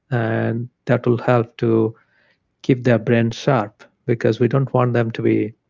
and that will help to keep their brain sharp because we don't want them to be